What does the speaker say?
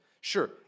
Sure